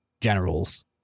generals